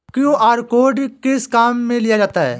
QR code किस किस काम में लिया जाता है?